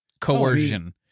coercion